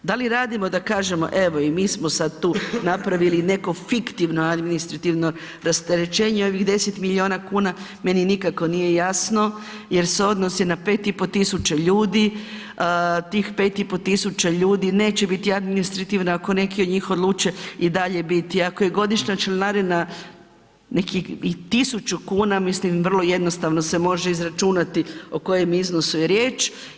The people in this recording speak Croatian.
Da li radimo da kažemo evo i mi smo sad tu napravili neko fiktivno administrativno rasterećenje i ovih 10 milijuna kuna meni nikako nije jasno jer se odnosi na 5,5 tisuća ljudi, tih 5,5 tisuća ljudi neće biti administrativno ako neki od njih odluče i dalje biti i ako je godišnja članarina nekih i 1000 kuna, mislim vrlo jednostavno se može izračunati o kojem iznosu je riječ.